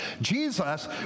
Jesus